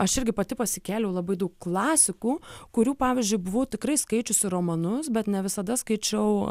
aš irgi pati pasikėliau labai daug klasikų kurių pavyzdžiui buvau tikrai skaičiusi romanus bet ne visada skaičiau